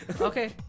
Okay